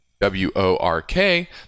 W-O-R-K